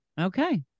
Okay